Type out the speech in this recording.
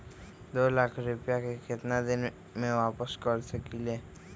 दो लाख रुपया के केतना दिन में वापस कर सकेली?